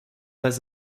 pas